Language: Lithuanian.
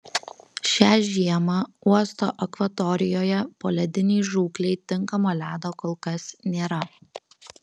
šią žiemą uosto akvatorijoje poledinei žūklei tinkamo ledo kol kas nėra